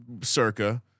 circa